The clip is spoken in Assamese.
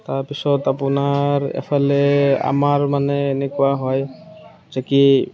তাৰ পিছত আপোনাৰ এফালে আমাৰ মানে এনেকুৱা হয় যে কি